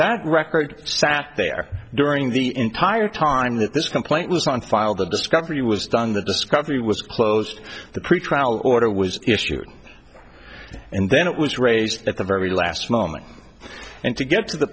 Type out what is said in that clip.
that record sat there during the entire time that this complaint was on file the discovery was done the discovery was closed the pretrial order was issued and then it was raised at the very last moment and to get to the